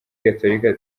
gatolika